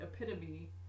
epitome